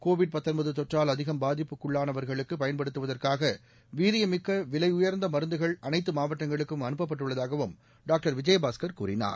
Covid தொற்றால் அதிகம் பாதிப்புக்குள்ளானவர்களுக்கு பயன்படுத்துவதற்காக வீரியமிக்க விலையுயர்ந்த மருந்துகள் அனைத்து மாவட்டங்களுக்கும் அனுப்பப்பட்டுள்ளதாகவும் டாக்டர் விஜயபாஸ்கர் கூறினார்